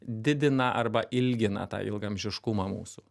didina arba ilgina tą ilgaamžiškumą mūsų